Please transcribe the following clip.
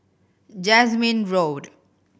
Jasmine Road